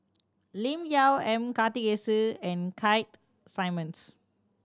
Lim Yau M Karthigesu and Keith Simmons